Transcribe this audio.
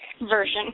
version